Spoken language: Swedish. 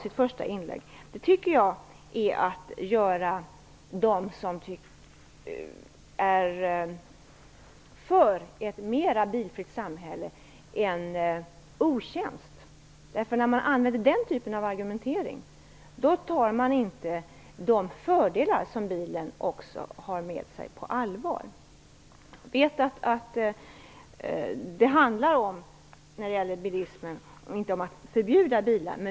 Jag tycker att man gör dem som är för ett mer bilfritt samhälle en otjänst genom att säga så. När man använder den typen av argumentering tar man inte de fördelar som bilen också har med sig på allvar. Det handlar inte om att förbjuda bilar.